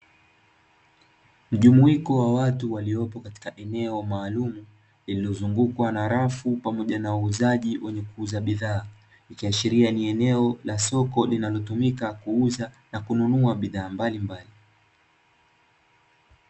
Mjumuiko wa watu walioko katika eneo maalumu lililozungukwa na rafu pamoja na wauzaji wenye kuuza bidhaa, ikiashiria ni eneo la soko linalotumika kuuza na kununua bidhaa mbalimbali.